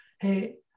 hey